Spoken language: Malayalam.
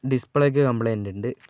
ഡിസ്പ്ലേയ്ക്ക് കംപ്ലൈൻറ്റുണ്ട്